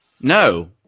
No